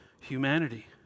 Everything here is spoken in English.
humanity